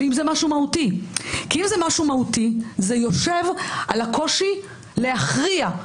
ואם זה משהו מהותי, זה יושב על הקושי להכריע.